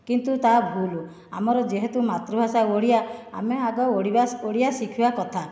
କିନ୍ତୁ ତାହା ଭୁଲ ଆମର ଯେହେତୁ ମାତୃଭାଷା ଓଡ଼ିଆ ଆମେ ଆଗ ଓଡ଼ିଆ ଶିଖିବା କଥା